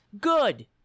Good